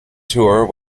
tour